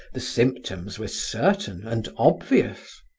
the symptoms were certain and obvious.